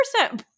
100%